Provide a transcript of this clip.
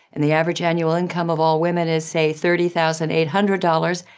and the average annual income of all women is, say, thirty thousand eight hundred dollars,